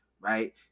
right